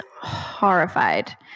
horrified